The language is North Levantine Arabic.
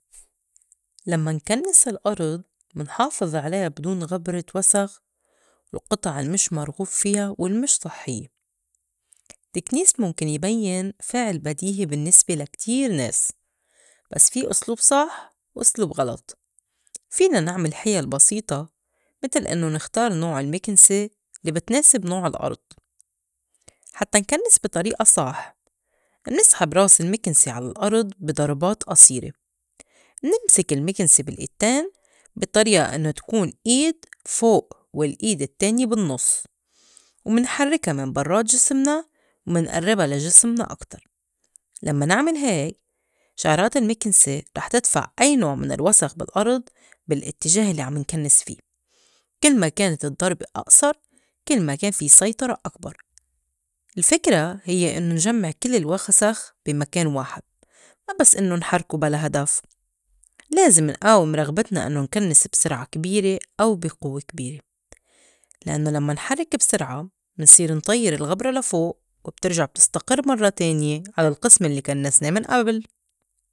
لمّا نكنّس الأرض منحافظ عليا بي دون غبرة وسخ والقِطَع المِشْ مرغوب فيا والمِشْ صحيّة. التّكنيس مُمكن يبيّن فعل بديهي بالنّسبة لا كتير ناس بس في أسلوب صح وأسلوب غلط فينا نعمل حِيَل بسيطة متل إنّو نختار نوع المكنسة لي بتناسب نوع الأرض، حتّى نكنّس بي طريئة صح منسحب راس المكنسة على الأرض بي ضربات قصيرة منِمسك المكنسة بالإيدتين بي طريئة إنّو تكون إيد فوق والإيد التّانية بالنّص ومنحرّكا من برّات جسمنا ومنئرّبا لا جسمنا أكتر لمّا نعمل هيك شَعْرات المكنسة رح تدفع أي نوع من الوسخ بالأرض بالإتّجاه لي عم نكنّس فيه كل ما كانت الضّربة أقصر كل ما كان في سيطرة أكبر. الفِكرة هيّ إنّو نجمّع كل الوخ- سخ بي مكان واحد ما بس إنّو نحركو بلا هدف لازم نقاوم رغبتنا إنّو نكنّس بسرعة كبيرة أو بي قوّة كبيرة لإنّو لمّا نحرّك بسرعة منصير انطيّر الغبرة لفوق وبترجع بتستقر مرّة تانية على القسم الّي كنّسنا من قبل.